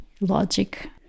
logic